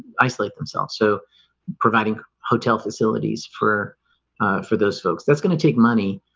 isolate themselves, so providing hotel facilities for ah for those folks that's going to take money